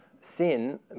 sin